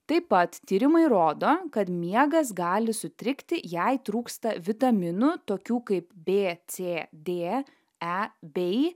taip pat tyrimai rodo kad miegas gali sutrikti jei trūksta vitaminų tokių kaip bė cė dė e bei